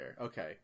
Okay